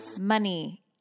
money